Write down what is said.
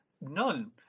none